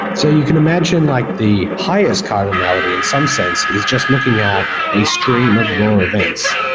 so you can imagine like the highest cardinality in some sense is just looking at a stream of raw events,